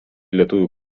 lietuvių